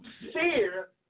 Fear